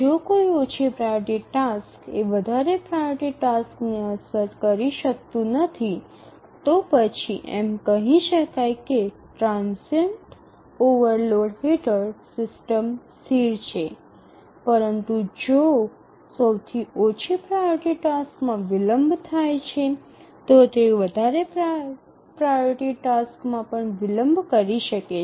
જો સૌથી ઓછી પ્રાઓરિટી ટાસ્ક એ વધારે પ્રાઓરિટી ટાસક્સને અસર કરી શકતું નથી તો પછી એમ કહી શકાય કે ટ્રાનઝિયન્ટ ઓવરલોડ હેઠળ સિસ્ટમ સ્થિર છે પરંતુ જો સૌથી ઓછી પ્રાઓરિટી ટાસ્કમાં વિલંબ થાય છે તો તે વધારે પ્રાઓરિટી ટાસ્કમાં પણ વિલંબ કરી શકે છે